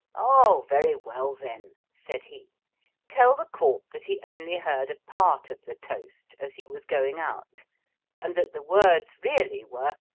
oh! very well, then, said he tell the court that he only heard a part of the toast, as he was going out and that the words really were,